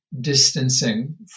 distancing